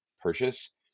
purchase